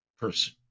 person